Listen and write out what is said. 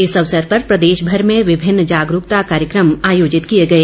इस अवसर पर प्रदेशभर में विभिन्न जागरूकता कार्यक्रम आयोजित किए गए